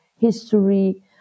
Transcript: history